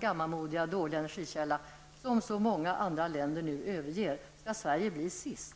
gammalmodiga och fruktansvärt dåliga energikälla som nu så många andra länder överger, och där Sverige blir sist.